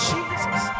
Jesus